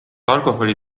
alkoholi